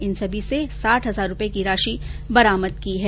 इन सभी से साठ हजार रूपये की राशि भी बरामद की है